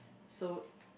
so